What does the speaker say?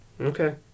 Okay